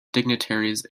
dignitaries